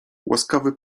łaskawy